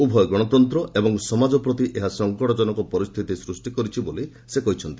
ଉଭୟ ଗଣତନ୍ତ୍ର ଏବଂ ସମାଜ ପ୍ରତି ଏହା ସଂକଟଜନକ ପରିସ୍ଥିତି ସୃଷ୍ଟି କରିଛି ବୋଲି ସେ କହିଛନ୍ତି